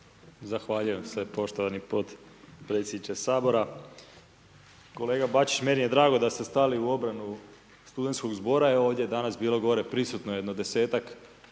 Zahvaljujem se poštovani potpredsjedniče Sabora. Kolega Bačić, meni je drago da ste stali u obranu studentskog zbora. Evo ovdje je danas gore bilo prisutno jedno 10-tak